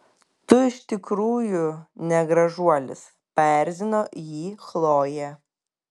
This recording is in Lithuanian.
tu iš tikrųjų ne gražuolis paerzino jį chlojė